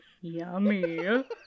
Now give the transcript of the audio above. yummy